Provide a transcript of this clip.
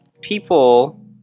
people